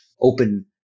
open